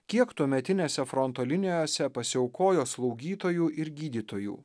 kiek tuometinėse fronto linijose pasiaukojo slaugytojų ir gydytojų